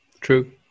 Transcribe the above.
true